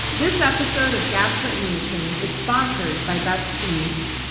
this episode of gaslit nation is sponsored by best fiends.